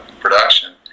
production